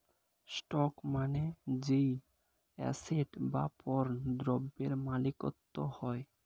stock মানে যেই asset বা পণ্য দ্রব্যের মালিকত্ব হয়